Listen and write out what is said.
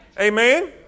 Amen